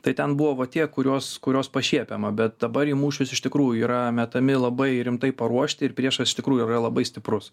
tai ten buvo va tie kuriuos kuriuos pašiepiama bet dabar į mūšius iš tikrųjų yra metami labai rimtai paruošti ir priešas iš tikrųjų yra labai stiprus